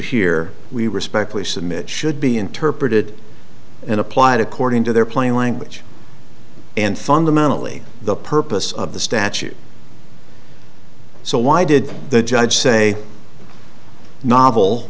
here we respectfully submit should be interpreted and applied according to their plain language and fundamentally the purpose of the statute so why did the judge say novel